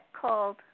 called